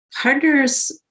Partners